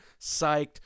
psyched